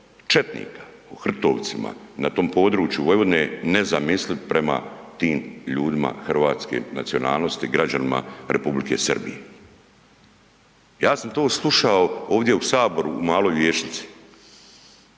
četnika u Hrtovcima na tom području Vojvodine nezamisliv prema tim ljudima hrvatske nacionalnosti građanima Republike Srbije. Ja sam to slušao ovdje u Saboru u Maloj vijećnici,